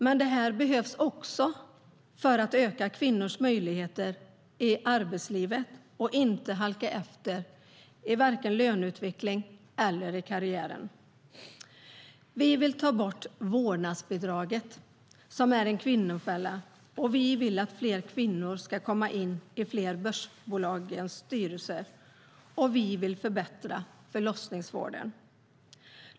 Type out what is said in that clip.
Den tredje månaden behövs för att öka kvinnors möjligheter i arbetslivet och för att kvinnor inte ska halka efter i löneutveckling eller karriär. Vi vill ta bort vårdnadsbidraget, som är en kvinnofälla, och vi vill att fler kvinnor ska ta plats i börsbolagsstyrelser. Dessutom vill vi förbättra förlossningsvården.